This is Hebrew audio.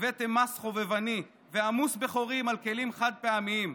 הבאתם מס חובבני ועמוס בחורים על כלים חד-פעמיים,